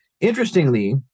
Interestingly